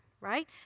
right